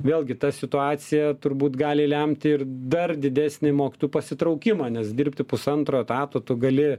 vėlgi ta situacija turbūt gali lemti ir dar didesnį mokytojų pasitraukimą nes dirbti pusantro etato tu gali